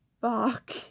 fuck